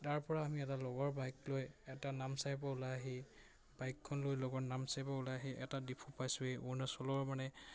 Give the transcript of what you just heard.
তাৰপৰা আমি এটা লগৰ বাইক লৈ এটা নামচাইৰ পৰা ওলাই আহি বাইকখন লৈ অৰুণাচলৰ মানে